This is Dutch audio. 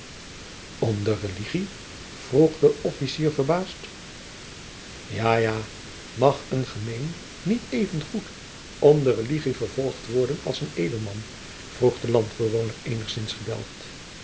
om de religie vroeg de officier verbaasd jaô jaô mag een gemeen niet even goed om de religie vervolgd worden as een edelman vroeg jacob van lennep de pleegzoon de landbewoner eenigzins gebelgd